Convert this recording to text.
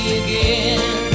again